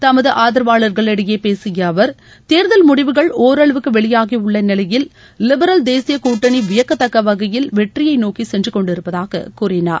தமது ஆதரவாளர்களிடையே பேசிய அவர் தேர்தல் முடிவுகள் ஒரளவுக்கு வெளியாகி உள்ள நிலையில் லிபரல் தேசிய கூட்டணி வியத்தக்க வகையில் வெற்றியை நோக்கி சென்றுக் கொண்டிருப்பதாக கூறினார்